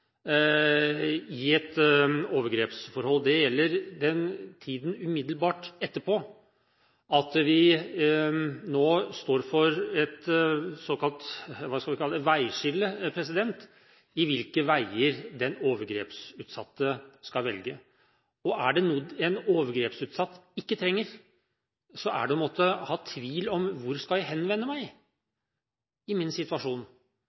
i et overgrepsforhold, nemlig tiden umiddelbart etterpå. Man står nå overfor et såkalt veiskille når det gjelder hvilke veier den overgrepsutsatte skal velge. Er det noe en overgrepsutsatt ikke trenger, er det å måtte være i tvil om hvor man skal henvende seg i en slik situasjon.